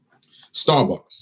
Starbucks